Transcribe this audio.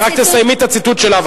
רק תסיימי את הציטוט שלה,